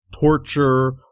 torture